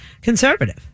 conservative